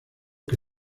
que